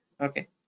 okay